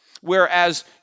whereas